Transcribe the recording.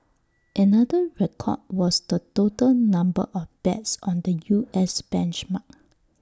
another record was the total number of bets on the U S benchmark